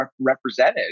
represented